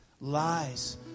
Lies